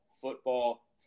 football